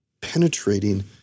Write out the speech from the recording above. penetrating